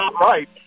right